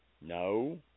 No